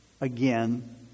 again